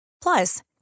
Plus